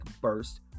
burst